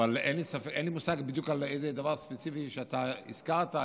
אין לי מושג על הדבר הספציפי שאתה הזכרת,